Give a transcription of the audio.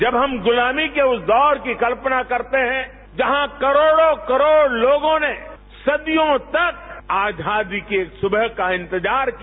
जब हम गुलामी के उस दौर की कत्पना करते हैं जहां करोड़ो करोड़ लोगों ने सदियों तक आजादी के सुबह का इंतजार किया